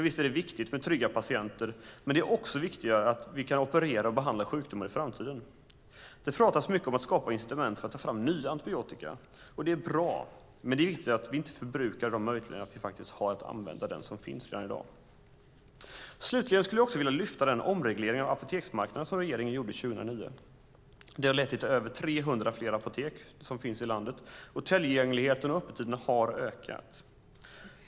Visst är det viktigt med trygga patienter, men det är viktigare att vi kan operera och behandla sjukdomar i framtiden. Det pratas mycket om att skapa incitament för att ta fram ny antibiotika. Det är bra, men det är viktigare att vi inte förbrukar de möjligheter vi faktiskt har att använda den som redan finns i dag. Slutligen skulle jag vilja lyfta upp den omreglering av apoteksmarknaden som regeringen gjorde 2009. Den har lett till att över 300 fler apotek finns i landet, och tillgängligheten och öppettiderna har ökat.